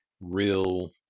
real